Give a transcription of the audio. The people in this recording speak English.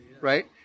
right